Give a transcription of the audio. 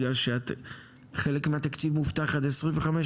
כי חלק מהתקציב מובטח עד 2025,